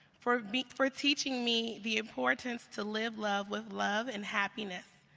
for for teaching me the importance to live love with love and happiness.